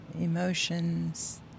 emotions